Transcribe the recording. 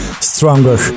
Stronger